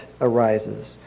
arises